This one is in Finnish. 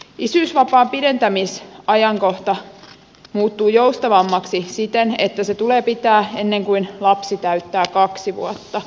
isyysvapaan pidentämisajankohta muuttuu joustavammaksi siten että vapaa tulee pitää ennen kuin lapsi täyttää kaksi vuotta